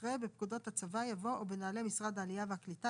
אחרי "בפקודות הצבא" יבוא "או בנוהלי משרד העלייה והקליטה,